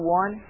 one